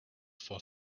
for